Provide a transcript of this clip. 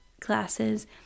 classes